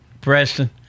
Preston